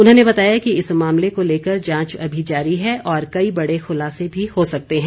उन्होंने बताया कि इस मामले को लेकर जांच अभी जारी है और कई बड़े खुलासे भी हो सकते हैं